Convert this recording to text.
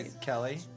Kelly